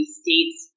state's